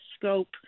scope